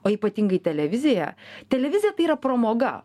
o ypatingai televizija televizija tai yra pramoga